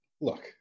look